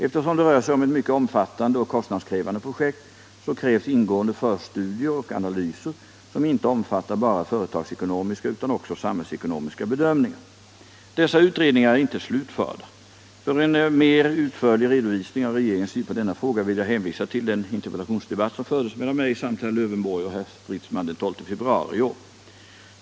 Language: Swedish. Eftersom det rör sig om ett mycket omfattande och kostnadskrävande projekt krävs ingående förstudier och analyser som inte omfattar bara företagsekonomiska utan också samhällsekonomiska bedömningar. Dessa utredningar är ännu inte slutförda. För en mer utförlig redovisning av regeringens syn på denna fråga vill jag hänvisa till den interpellationsdebatt som fördes mellan mig samt herr Lövenborg och herr Stridsman den 12 februari i år.